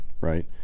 Right